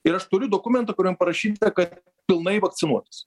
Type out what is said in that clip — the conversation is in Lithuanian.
ir aš turiu dokumentą kuriam parašyta kad pilnai vakcinuotas